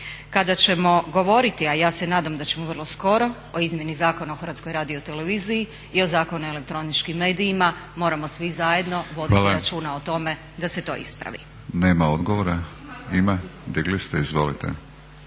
Kada ćemo govoriti, a ja se nadam da ćemo vrlo skoro o izmjeni Zakona o Hrvatskoj radioteleviziji i o Zakonu o elektroničkim medijima moramo svi zajedno voditi računa o tome … …/Upadica Batinić: Hvala./…